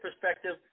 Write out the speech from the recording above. perspective